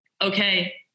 okay